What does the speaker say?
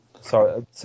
Sorry